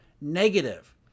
negative